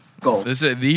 Gold